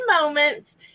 moments